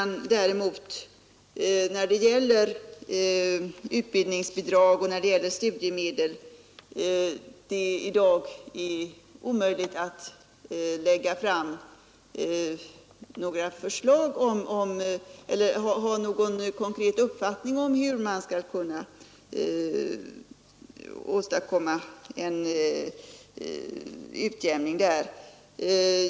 När det gäller utbildningsbidrag och studiemedel kan jag i dag inte uttala mig konkret hur man skulle kunna åstadkomma en utjämning.